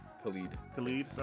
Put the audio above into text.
Khalid